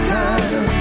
time